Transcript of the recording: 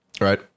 right